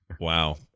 Wow